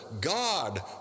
God